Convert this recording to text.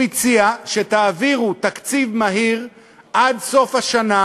הוא הציע שתעבירו תקציב מהיר עד סוף השנה,